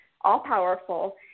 all-powerful